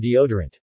deodorant